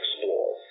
explore